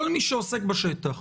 כל מי שעוסק בשטח,